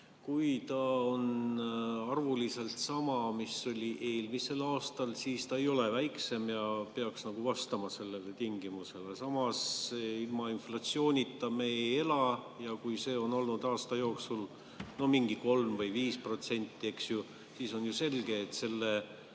Kui see on arvuliselt sama, mis oli eelmisel aastal, siis see ei ole väiksem ja peaks vastama sellele tingimusele. Samas, ilma inflatsioonita me ei ela ja kui see on olnud aasta jooksul mingi 3% või 5%, siis on ju selge, et selle